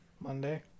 monday